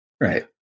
Right